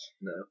No